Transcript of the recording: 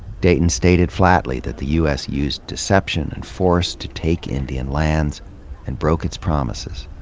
dayton stated flatly that the us used deception and force to take indian lands and broke its promises.